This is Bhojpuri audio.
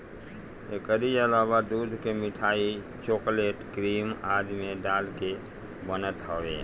एकरी अलावा दूध के मिठाई, चोकलेट, क्रीम आदि में डाल के बनत हवे